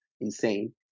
Insane